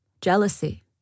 jealousy